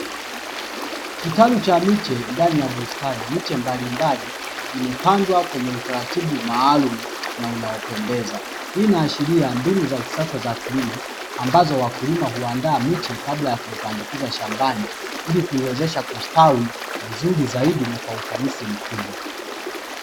Kitalu cha miche ndani ya bustani, miche mbalimbali imepandwa kwenye utaratibu maalumu na unaopendeza, hii inaashiria mbinu za kisasa za kilimo ambazo wakulima huandaa miche kabla ya kuipandikiza shambani; ili kuiwezesha kustawi vizuri zaidi na kwa ufanisi mkubwa.